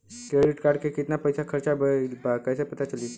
Credit card के कितना पइसा खर्चा भईल बा कैसे पता चली?